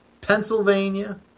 Pennsylvania